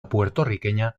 puertorriqueña